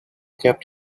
kept